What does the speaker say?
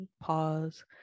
Pause